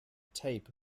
tape